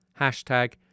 Hashtag